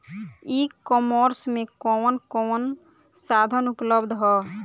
ई कॉमर्स में कवन कवन साधन उपलब्ध ह?